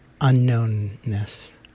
unknownness